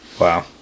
Wow